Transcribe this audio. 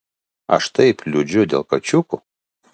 aš taip liūdžiu dėl kačiukų